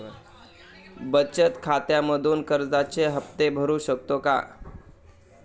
बचत खात्यामधून कर्जाचे हफ्ते भरू शकतो का?